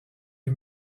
les